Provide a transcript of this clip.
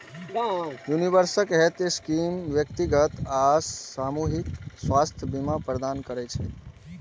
universal health scheme व्यक्तिगत आ सामूहिक स्वास्थ्य बीमा प्रदान करै छै